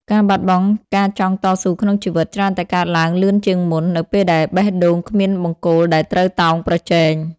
ការបាត់បង់ការចង់តស៊ូក្នុងជីវិត ច្រើនតែកើតឡើងលឿនជាងមុន នៅពេលដែលបេះដូងគ្មានបង្គោលដែលត្រូវតោងប្រជែង។